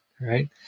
right